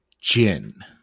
Jin